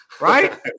right